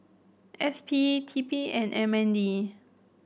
S P T P and M N D